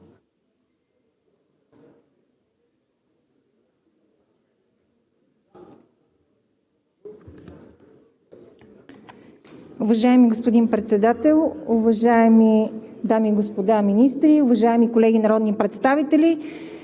Уважаеми господин Председател, уважаеми дами и господа министри, уважаеми колеги народни представители!